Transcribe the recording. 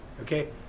okay